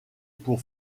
pour